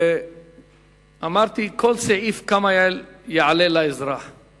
ואמרתי כמה יעלה לאזרח כל סעיף.